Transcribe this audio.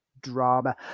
drama